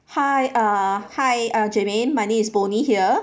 hi uh hi uh germaine my name is bonnie here